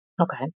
Okay